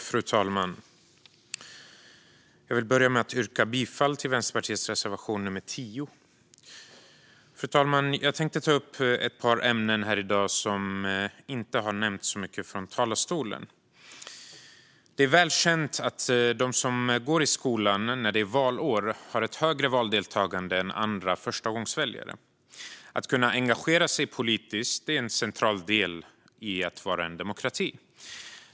Fru talman! Till att börja med vill jag yrka bifall till Vänsterpartiets reservation 10. Jag tänkte ta upp ett par ämnen i dag som det inte har nämnts så mycket om härifrån talarstolen. Det är väl känt att de som går i skolan när det är valår har ett högre valdeltagande än andra förstagångsväljare. Att kunna engagera sig politiskt är en central del i att vara en demokrati.